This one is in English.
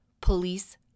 police